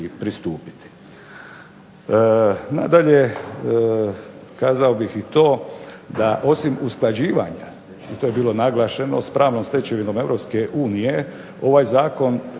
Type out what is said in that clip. pristupiti. Nadalje, kazao bih i to da osim usklađivanja, i to je bilo naglašeno, s pravnom stečevinom Europske